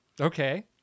Okay